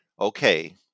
okay